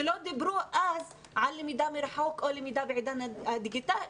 שלא דיברו אז על למידה מרחוק או למידה בעידן הדיגיטציה,